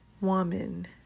woman